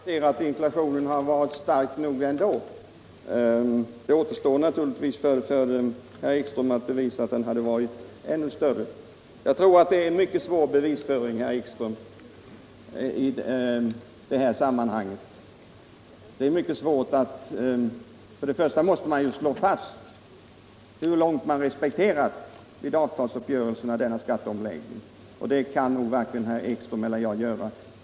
Herr talman! Det är bara att konstatera att inflationen varit stark nog ändå. Det återstår naturligtvis för herr Ekström att bevisa att den hade blivit ännu större utan de vidtagna skattereformerna. Jag tror att den bevisföringen blir mycket svår. Först måste man ju slå fast hur långt skatteomläggningen blivit respekterad vid avtalsuppgörelsen, och det kan nog varken herr Ekström eller jag göra.